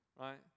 Right